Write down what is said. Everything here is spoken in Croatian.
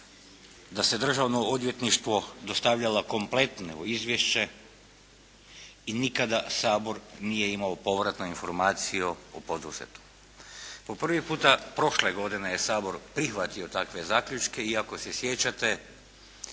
da se Državno odvjetništvo dostavljala kompletno izvješće i nikada Sabor nije imao povratnu informaciju o poduzetom. Po prvi puta prošle godine je Sabor prihvatio takve zaključke i ako se sjećate